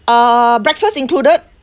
uh breakfast included